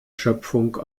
schöpfung